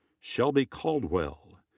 shelby caldwell.